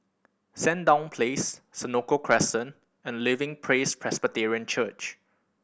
Sandown Place Senoko Crescent and Living Praise Presbyterian Church